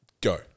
Go